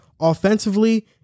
offensively